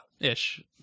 Ish